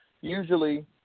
usually